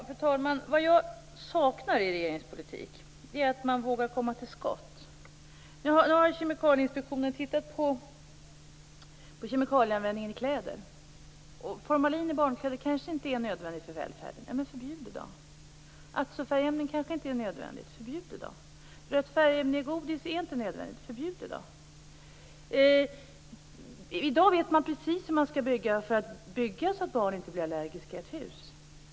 Fru talman! Vad jag saknar i regeringens politik är att man vågar komma till skott. Nu har Kemikalieinspektionen tittat på kemikalieanvändningen i kläder. Formalin i barnkläder är kanske inte nödvändigt för välfärden. Förbjud det då. Allt som är färgämnen kanske inte är nödvändigt. Förbjud det då. Rött färgämne i godis är inte nödvändigt. Förbjud det då. I dag vet man precis hur man skall bygga för att barnen inte skall bli allergiska i ett hus.